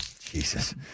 Jesus